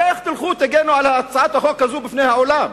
הרי איך תלכו, תגנו, על הצעת החוק הזו בפני העולם?